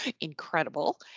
incredible